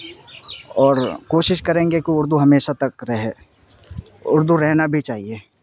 اور کوشش کریں گے کہ اردو ہمیشہ تک رہے اردو رہنا بھی چاہیے